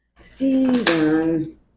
season